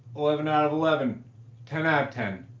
eleven out of eleven ten out of ten